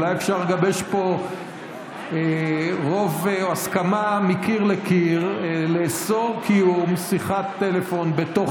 אולי אפשר לגבש פה רוב או הסכמה מקיר לקיר לאסור קיום שיחת טלפון בתוך